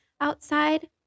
outside